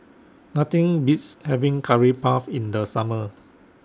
Nothing Beats having Curry Puff in The Summer